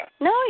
No